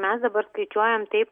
mes dabar skaičiuojam taip